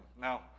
Now